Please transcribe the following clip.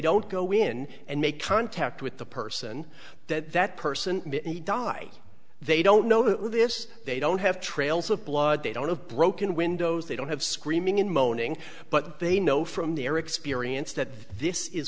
don't go in and make contact with the person that that person die they don't know this they don't have trails of blood they don't have broken windows they don't have screaming in moaning but they know from their experience that this is